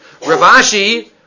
Ravashi